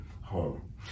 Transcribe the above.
home